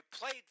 played